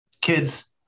kids